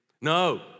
No